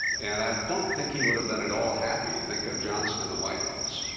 and i don't think he would have been at all happy to think of johnson in the white house.